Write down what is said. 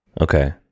Okay